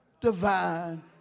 divine